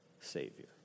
Savior